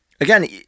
again